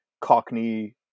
Cockney